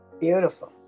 beautiful